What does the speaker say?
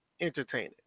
entertaining